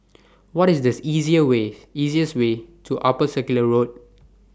What IS The easier easiest Way to Upper Circular Road